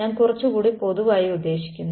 ഞാൻ കുറച്ചുകൂടി പൊതുവായി ഉദ്ദേശിക്കുന്നു